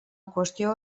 qüestió